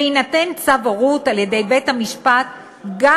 ויינתן צו הורות על-ידי בית-המשפט גם